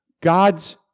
God's